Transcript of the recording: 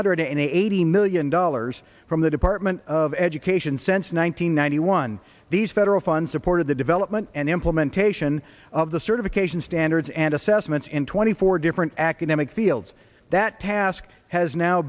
hundred eighty million dollars from the department of education center one hundred ninety one these federal funds supported the development and implementation of the certification standards and assessments in twenty four different academic fields that task has now